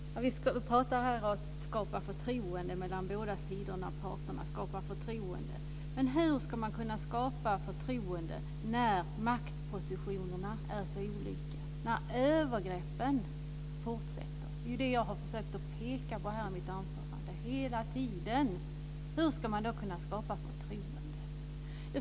Herr talman! Vi pratar här om att skapa förtroende mellan båda sidorna, mellan båda parterna. Men hur ska man kunna skapa förtroende när maktpositionerna är så olika, när övergreppen fortsätter? Detta har jag här hela tiden försökt att peka på. Hur ska man alltså då kunna skapa förtroende?